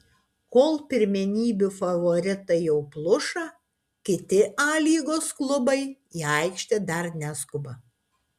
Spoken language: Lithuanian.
kol pirmenybių favoritai jau pluša kiti a lygos klubai į aikštę dar neskuba